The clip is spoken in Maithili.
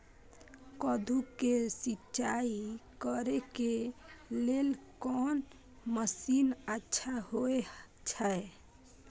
कद्दू के सिंचाई करे के लेल कोन मसीन अच्छा होय छै?